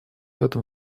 этом